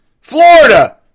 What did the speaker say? Florida